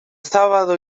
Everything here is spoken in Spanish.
sábado